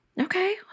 Okay